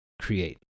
create